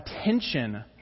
attention